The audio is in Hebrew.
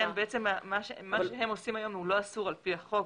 מה שהם עושים היום הוא לא אסור על פי החוק.